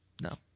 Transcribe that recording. No